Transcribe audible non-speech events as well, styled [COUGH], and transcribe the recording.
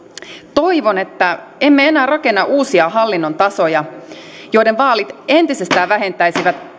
toivon että emme enää rakenna uusia hallinnon tasoja joiden vaalit entisestään vähentäisivät [UNINTELLIGIBLE]